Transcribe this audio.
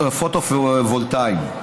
פוטו-וולטאיים).